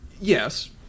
Yes